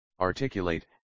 articulate